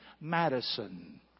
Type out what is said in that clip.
Madison